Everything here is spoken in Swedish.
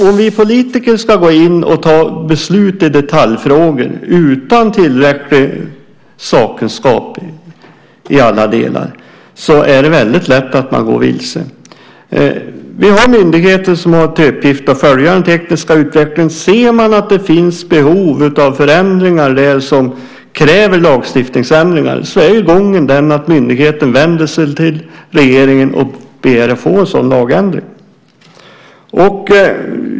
Om vi politiker ska gå in och fatta beslut i detaljfrågor, utan tillräcklig sakkunskap i alla delar, är det lätt att gå vilse. Vi har myndigheter som har till uppgift att följa den tekniska utvecklingen. Om de anser att det finns behov av förändringar, och det i sin tur kräver ändrad lagstiftning, är gången den att myndigheten vänder sig till regeringen och begär att få en sådan lagändring.